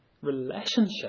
relationship